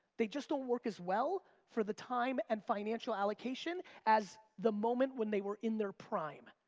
they just don't work as well for the time and financial allocation as the moment when they were in their prime.